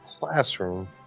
classroom